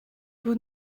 vous